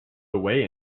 away